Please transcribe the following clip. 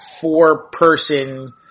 four-person